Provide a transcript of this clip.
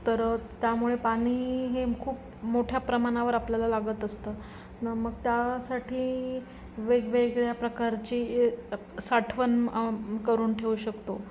तर त्यामुळे पाणी हे खूप मोठ्या प्रमाणावर आपल्याला लागत असतं न मग त्यासाठी वेगवेगळ्या प्रकारची साठवण करून ठेवू शकतो